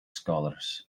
scholars